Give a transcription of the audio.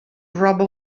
roba